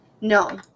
No